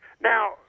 Now